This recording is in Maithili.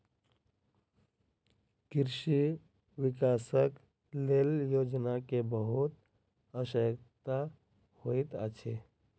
कृषि विकासक लेल योजना के बहुत आवश्यकता होइत अछि